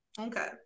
Okay